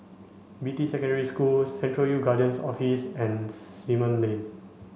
Beatty Secondary School Central Youth Guidance Office and Simon Lane